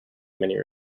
many